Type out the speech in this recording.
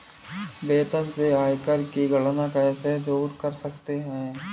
वेतन से आयकर की गणना कैसे दूर कर सकते है?